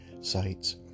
sites